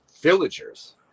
villagers